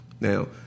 Now